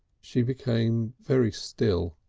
she became very still.